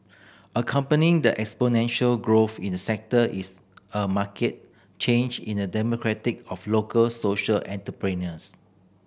accompanying the exponential growth in the sector is a market change in the demographic of local social entrepreneurs